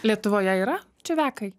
lietuvoje yra čiuvekai